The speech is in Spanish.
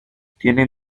tiene